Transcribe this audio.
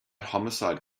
homicide